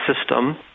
system